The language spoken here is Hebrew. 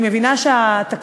אני מבינה שהתקציב,